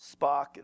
Spock